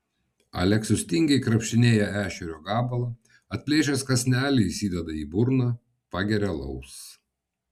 aleksius tingiai krapštinėja ešerio gabalą atplėšęs kąsnelį įsideda į burną pageria alaus